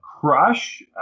crush